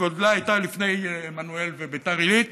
בגודלה הייתה אשדוד, לפני עמנואל וביתר עילית,